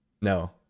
No